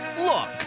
Look